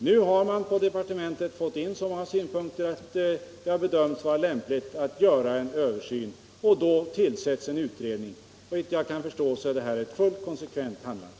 Nu har man på departementet fått in så pass många framställningar, så många frågor har väckts kring lagens verkningar att man bedömt det vara lämpligt att göra en översyn. Därför tillsätts nu den här utredningen. Såvitt jag kan förstå är detta ett helt konsekvent handlande.